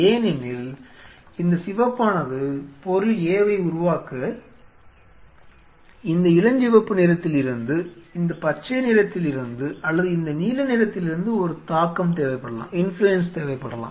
ஏனெனில் இந்த சிவப்பானது பொருள் A வை உருவாக்க இந்த இளஞ்சிவப்பு நிறத்தில் இருந்து இந்த பச்சை நிறத்தில் இருந்து அல்லது இந்த நீல நிறத்தில் இருந்து ஒரு தாக்கம் தேவைப்படலாம்